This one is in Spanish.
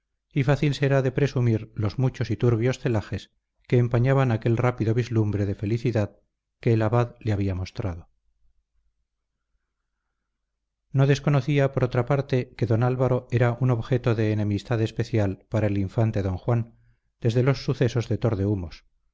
y fácil será de presumir los muchos y turbios celajes que empañaban aquel rápido vislumbre de felicidad que el abad le había mostrado no desconocía por otra parte que don álvaro era un objeto de enemistad especial para el infante don juan desde los sucesos de tordehumos y